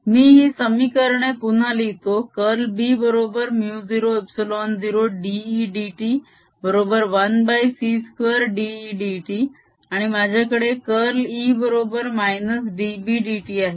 मी ही समीकरणे पुन्हा लिहितो कर्ल B बरोबर μ0 ε0 dE dt बरोबर 1c2 dE dt आणि माझ्याकडे कर्ल E बरोबर -dB dt आहे